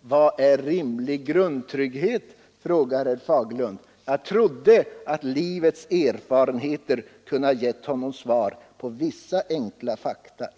Vad är rimlig grundtrygghet, frågar herr Fagerlund. Jag trodde att livets erfarenheter kunde ha givit honom besked om i varje fall vissa enkla fakta.